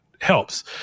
helps